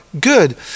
good